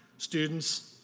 students,